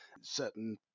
certain